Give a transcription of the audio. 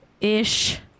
ish